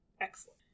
Excellent